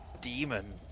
demon